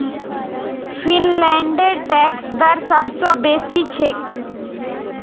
फिनलैंडेर टैक्स दर सब स बेसी छेक